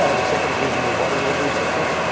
ah the second was using your water delivery systems.